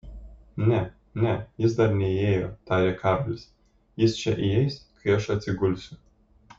ne ne jis dar neįėjo tarė karolis jis čia įeis kai aš atsigulsiu